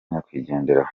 nyakwigendera